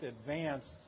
advanced